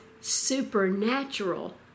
supernatural